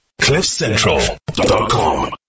CliffCentral.com